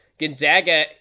Gonzaga